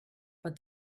but